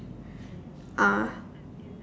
ah